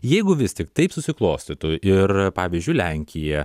jeigu vis tik taip susiklostytų ir pavyzdžiui lenkija